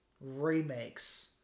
Remakes